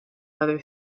whether